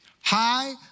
High